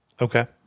okay